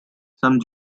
some